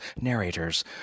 narrators